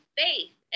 faith